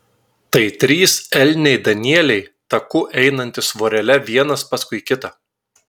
tai trys elniai danieliai taku einantys vorele vienas paskui kitą